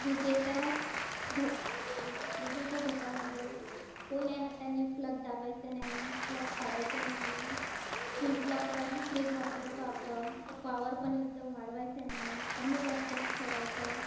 विजेचा धोका विजेचा धोका म्हणजे ओल्या हातानी प्लग दाबायचा नाही प्लग काढायचा नाही फ्रीजला पण फ्रीज वापरतो आपण तर पावर पण एकदम वाढवायचा नाही कमीजास्तच ठेवायचा